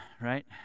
right